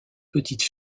petites